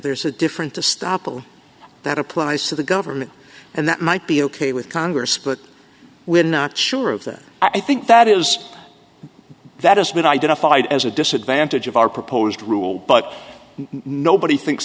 there's a different to stop all that applies to the government and that might be ok with congress but we're not sure of that i think that is that has been identified as a disadvantage of our proposed rule but nobody thinks